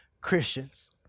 Christians